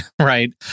Right